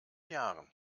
jahren